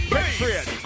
Patriot